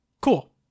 cool